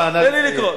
נא לסיים.